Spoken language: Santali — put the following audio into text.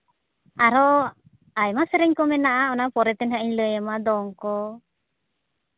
ᱟᱨᱦᱚᱸ ᱟᱭᱢᱟ ᱥᱮᱨᱮᱧ ᱠᱚ ᱢᱮᱱᱟᱜᱼᱟ ᱯᱚᱨᱮᱛᱮ ᱦᱟᱸᱜ ᱤᱧ ᱞᱟᱹᱭ ᱟᱢᱟ ᱫᱚᱝ ᱠᱚ